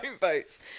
votes